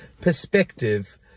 perspective